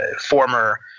former